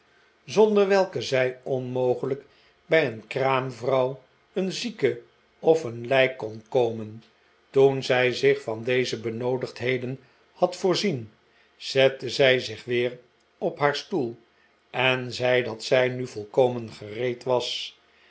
zonder welke zij onmogelijk bij een kraamvrouw een zieke of een lijk kon komen toen zij zich van deze benoodigdheden had voorzien zette zij zich weer op haar stoel en zei dat zij nu volkomen gereed was